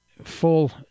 Full